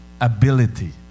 ability